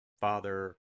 Father